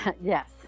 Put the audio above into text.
yes